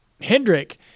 Hendrick